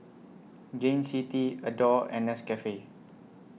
Gain City Adore and Nescafe